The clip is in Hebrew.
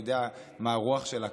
אז אני כבר יודע מה הרוח שלה,